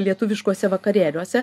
lietuviškuose vakarėliuose